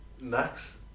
Max